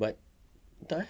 but entah eh